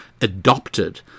adopted